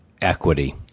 equity